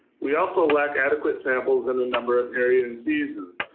we also lack adequate samples in a number of areas in seasons.